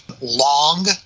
long